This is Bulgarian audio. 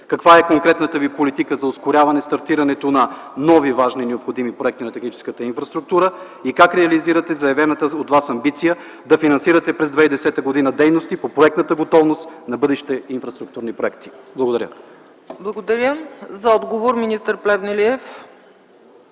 Каква е конкретната Ви политика за ускоряване стартирането на нови важни и необходими проекти на техническата инфраструктура? И как реализирате заявената от Вас амбиция да финансирате през 2010 г. дейности по проектната готовност на бъдещи инфраструктурни проекти? Благодаря. ПРЕДСЕДАТЕЛ ЦЕЦКА ЦАЧЕВА: Благодаря.